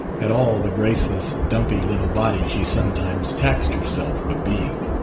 at all the graceless, dumpy little body she sometimes taxed herself with being.